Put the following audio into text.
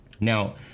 Now